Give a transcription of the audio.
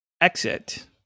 exit